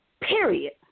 Period